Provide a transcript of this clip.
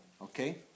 Okay